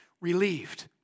relieved